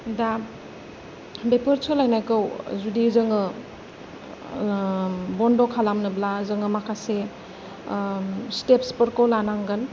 दा बेफोर सोलायनायखौ जुदि जोङो बन्द' खालामनोब्ला जोङो माखासे स्तेप्स फोरखौ लानांगोन